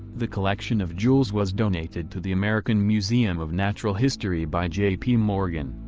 the collection of jewels was donated to the american museum of natural history by j p. morgan.